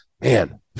man